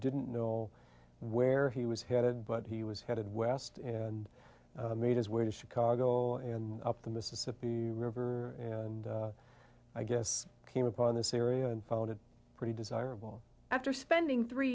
didn't know where he was headed but he was headed west and made his way to chicago and up the mississippi river and i guess came upon this area and found it pretty desirable after spending three